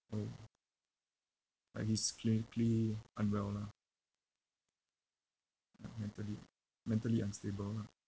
orh like he's clinically unwell lah uh mentally mentally unstable lah